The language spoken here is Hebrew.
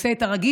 עושה את הרגיל,